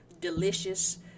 delicious